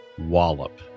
wallop